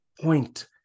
Point